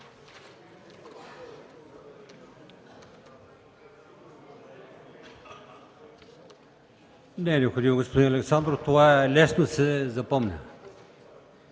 Не е необходимо, господин Александров, това лесно се запомня.